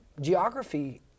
geography